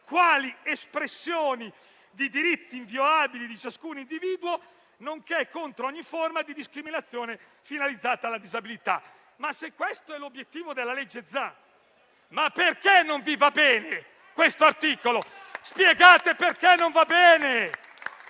quali espressioni di diritti inviolabili di ciascun individuo, nonché contro ogni forma di discriminazione finalizzata alla disabilità». Ma se questo è l'obiettivo della legge Zan, perché non vi va bene questo articolo? Spiegate perché non va bene.